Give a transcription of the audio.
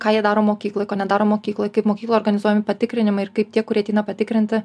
ką jie daro mokykloj ko nedaro mokykloj kaip mokykloj organizuojami patikrinimai ir kaip tie kurie ateina patikrinti